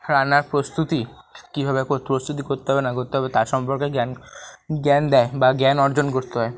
রান্নার প্রস্তুতি কিভাবে প্রস্তুতি করতে হবে না করতে হবে তার সম্পর্কে জ্ঞান জ্ঞান দেয় বা জ্ঞান অর্জন করতে হয়